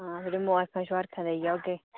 आं फिर मुबारखां शुबारखां देई औगे